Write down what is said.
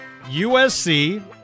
USC